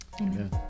Amen